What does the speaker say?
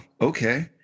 okay